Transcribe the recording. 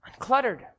Uncluttered